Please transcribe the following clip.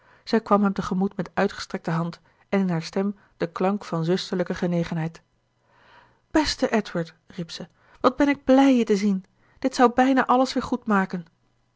zij kwam hem te gemoet met uitgestrekte hand en in haar stem den klank van zusterlijke genegenheid beste edward riep ze wat ben ik blij je te zien dit zou bijna alles weer